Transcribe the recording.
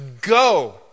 Go